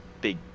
big